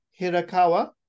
Hirakawa